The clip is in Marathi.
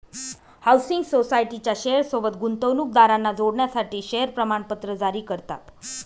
हाउसिंग सोसायटीच्या शेयर सोबत गुंतवणूकदारांना जोडण्यासाठी शेअर प्रमाणपत्र जारी करतात